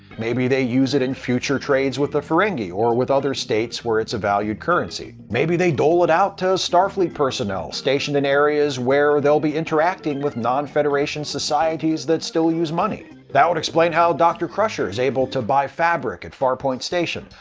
maybe they use it in future trades with the ferengi, or with other states where it's a valued currency. maybe they dole it out to starfleet personnel stationed in areas where they'll be interacting with non-federation societies that still use money. that would explain how dr. crusher is able to shop for fabric at farpoint station,